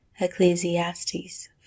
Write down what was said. Ecclesiastes